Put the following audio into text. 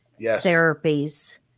therapies